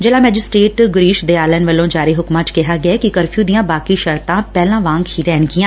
ਜ਼ਿਲ੍ਹਾ ਮੈਜਿਸਟਰੇਟ ਗਿਰੀਸ਼ ਦਿਆਲਨ ਵੱਲੋਂ ਜਾਰੀ ਹੁਕਮਾਂ ਚ ਕਿਹਾ ਗਿਐ ਕਿ ਕਰਫਿਊ ਦੀਆਂ ਬਾਕੀ ਸ਼ਰਤਾਂ ਪਹਿਲਾਂ ਵਾਂਗ ਹੀ ਰਹਿਣਗੀਆਂ